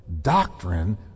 Doctrine